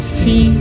see